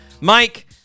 Mike